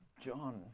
John